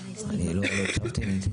מה אמרת?